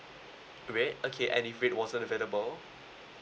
red okay and if red wasn't available